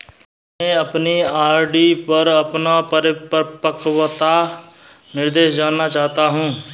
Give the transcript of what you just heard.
मैं अपनी आर.डी पर अपना परिपक्वता निर्देश जानना चाहता हूँ